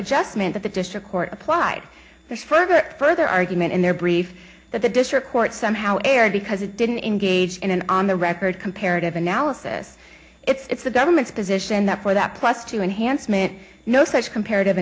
adjustment that the district court applied this further further argument in their brief that the district court somehow aired because it didn't engage in an on the record comparative analysis it's the government's position that for that plus to enhance man no such comparative